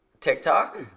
TikTok